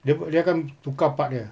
dia apa dia akan tukar part dia